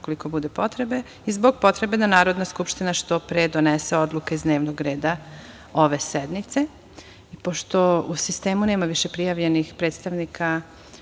ukoliko bude potrebe, zbog potrebe da Narodna skupština što pre donese odluke iz dnevnog reda ove sednice. Pošto u sistemu nema više prijavljenih ovlašćenih